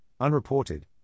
unreported